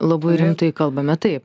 labai rimtai kalbame taip